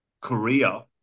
Korea